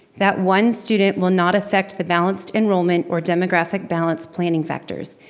that one student will not affect the balanced enrollment or demographic balance planning factors.